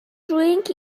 drink